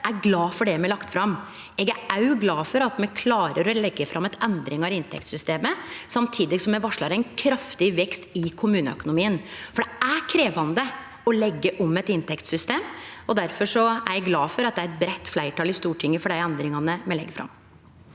er glade for det me har lagt fram. Eg er òg glad for at me klarer å leggje fram endringar i inntektssystemet samtidig som me varslar ein kraftig vekst i kommuneøkonomien, for det er krevjande å leggje om eit inntektssystem. Difor er eg glad for at det er eit breitt fleirtal i Stortinget for dei endringane me legg fram.